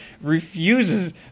refuses